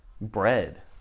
Bread